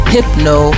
Hypno